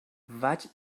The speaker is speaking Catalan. vaig